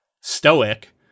stoic